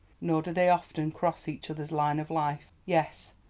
nor do they often cross each other's line of life. yes,